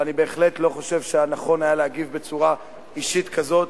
אבל אני בהחלט לא חושב שנכון היה להגיב בצורה אישית כזאת.